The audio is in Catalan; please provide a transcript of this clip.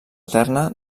eterna